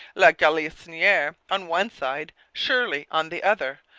la galissoniere on one side, shirley on the other,